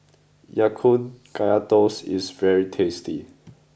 Ya Kun Kaya Toast is very tasty